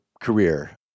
career